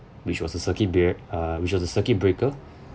which was a circuit barrier uh which was a circuit breaker